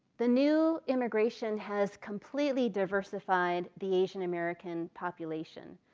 the new immigration has completely diversified the asianamerican population.